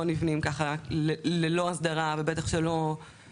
לא נבנים כך ללא הסדרה -- (היו"ר יעקב אשר,